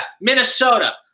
Minnesota